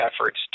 efforts